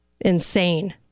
insane